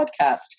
podcast